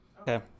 Okay